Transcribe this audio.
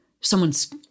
someone's